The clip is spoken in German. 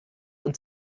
und